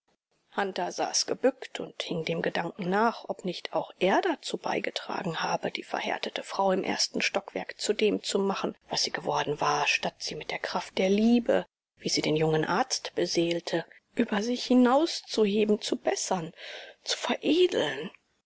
hunter saß gebückt und hing dem gedanken nach ob nicht auch er dazu beigetragen habe die verhärtete frau im ersten stockwerk zu dem zu machen was sie geworden war statt sie mit der kraft der liebe wie sie den jungen arzt beseelte über sich hinauszuheben zu bessern zu veredeln